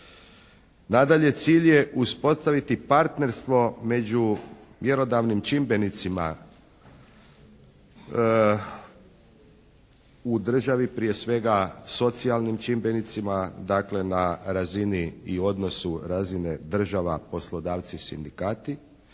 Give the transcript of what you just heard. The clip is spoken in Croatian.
Nadalje, cilj je uspostaviti partnerstvo među mjerodavnim čimbenicima u državi, prije svega socijalnim čimbenicima, dakle na razini i odnosu razine država poslodavci-sindikati